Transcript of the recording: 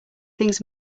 things